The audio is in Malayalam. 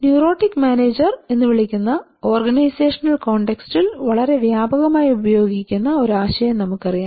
ന്യൂറോട്ടിക് മാനേജർ എന്ന് വിളിക്കുന്ന ഓർഗനൈസേഷണൽ കോണ്ടെക്സ്റ്റിൽ വളരെ വ്യാപകമായി ഉപയോഗിക്കുന്ന ഒരു ആശയം നമുക്കറിയാം